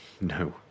no